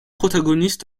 protagonistes